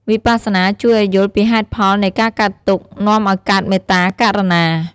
វិបស្សនាជួយឱ្យយល់ពីហេតុផលនៃការកើតទុក្ខ នាំឱ្យកើតមេត្តា ករុណា។